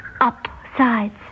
upsides